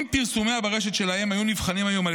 אם פרסומיה ברשת של האם היו נבחנים היום על